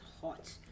hot